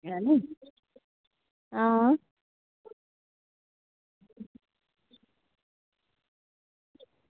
है नी हां